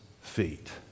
feet